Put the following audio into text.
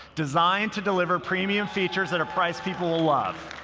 designed to deliver premium features at a price people will love.